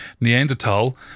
Neanderthal